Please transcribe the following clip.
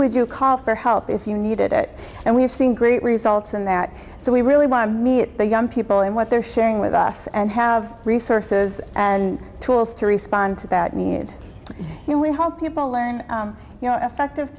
would you call for help if you needed it and we're seeing great results in that so we really by me the young people and what they're sharing with us and have resources and tools to respond to that need we help people learn you know effective